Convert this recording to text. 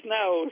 now